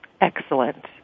excellent